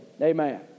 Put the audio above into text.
Amen